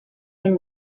man